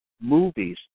movies